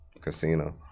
casino